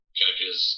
judges